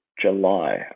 July